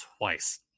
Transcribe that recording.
twice